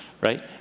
right